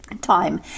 time